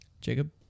Jacob